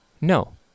No